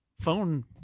phone